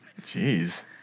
Jeez